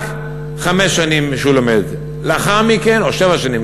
רק חמש שנים שהוא לומד, או שבע שנים.